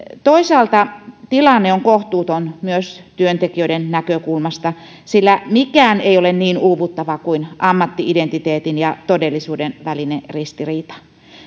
toisaalta tilanne on kohtuuton myös työntekijöiden näkökulmasta sillä mikään ei ole niin uuvuttavaa kuin ammatti identiteetin ja todellisuuden välinen ristiriita